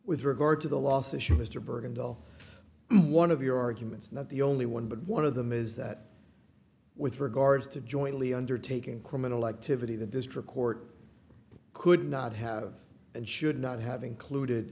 with regard to the last issue mr bergen dull one of your arguments not the only one but one of them is that with regards to jointly undertaking criminal activity the district court could not have and should not have included